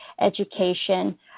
education